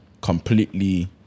completely